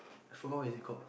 I forgot what is it called